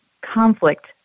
conflict